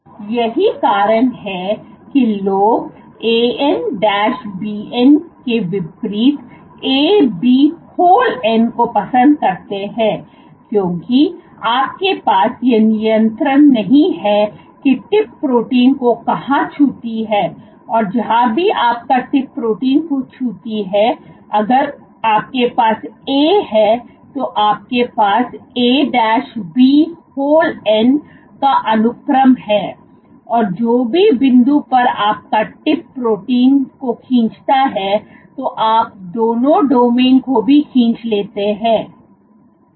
तो यही कारण है कि लोग An Bn के विपरीत A B whole n को पसंद करते हैं क्योंकि आपके पास यह नियंत्रण नहीं है कि टिप प्रोटीन को कहां छूती है और जहां भी आपका टिप प्रोटीन को छूती है अगर आपके पास A हैं तो आपके पास A B whole n का अनुक्रम हैऔर जो भी बिंदु पर आप का टिप प्रोटीन को खींचता है तो आप दोनों डोमिन को भी खींच लेते है